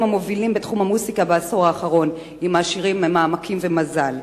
המובילים בתחום המוזיקה בעשור האחרון עם השירים "ממעמקים" ו"מזל".